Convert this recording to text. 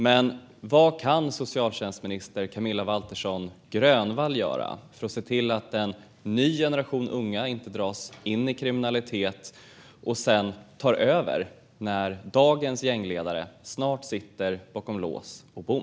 Men vad kan socialtjänstminister Camilla Waltersson Grönvall göra för att se till att inte en ny generation unga dras in i kriminalitet och sedan tar över när dagens gängledare snart sitter bakom lås och bom?